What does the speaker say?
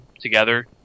together